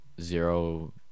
zero